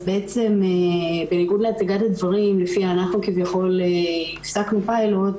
אז בעצם בניגוד להצגת הדברים לפיה אנחנו כביכול הפסקנו פיילוט,